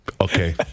okay